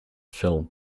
film